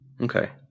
okay